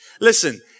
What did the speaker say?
Listen